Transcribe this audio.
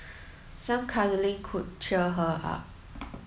some cuddling could cheer her up